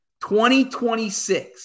2026